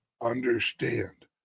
understand